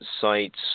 sites